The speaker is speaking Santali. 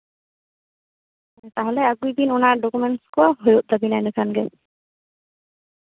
ᱛᱟᱦᱚᱞᱮ ᱟᱹᱜᱩᱭᱵᱤᱱ ᱚᱱᱟ ᱰᱩᱠᱩᱢᱮᱱᱴ ᱠᱚ ᱦᱳᱭᱳᱜ ᱛᱟᱵᱤᱱᱟ ᱤᱱᱟᱹ ᱠᱷᱟᱱᱜᱮ